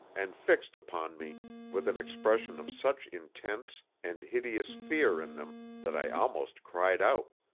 and fixed upon me with an expression of such intense and hideous fear in them that i almost cried out.